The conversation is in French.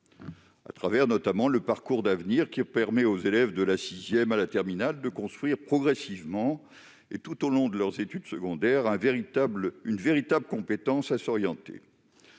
au travers du parcours d'avenir, qui permet aux élèves, de la sixième à la terminale, de construire progressivement, et tout au long de leurs études secondaires, une véritable compétence à s'orienter.